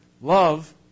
Love